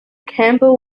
campbell